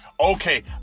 Okay